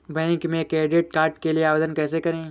Bank में credit card के लिए आवेदन कैसे करें?